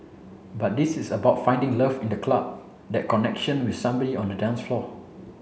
but this is about finding love in the club that connection with somebody on the dance floor